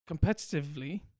competitively